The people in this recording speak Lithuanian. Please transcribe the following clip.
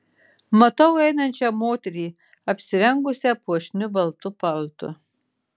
matau einančią moterį apsirengusią puošniu baltu paltu